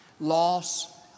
loss